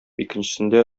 икенчесендә